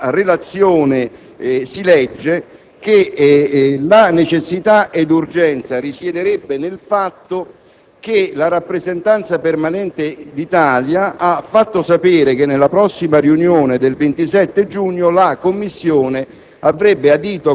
nella relazione si legge che la necessità e l'urgenza risiederebbero nel fatto che la Rappresentanza permanente d'Italia presso l'Unione Europea ha fatto sapere che nella prossima riunione del 27 giugno la Commissione